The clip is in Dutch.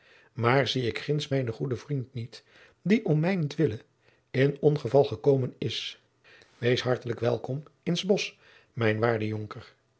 maar zie ik ginds mijnen goeden vriend niet die om mijnent wille in ongeval gekomen is wees hartelijk welkom in s bosch mijn waarde jonker